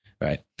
right